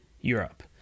Europe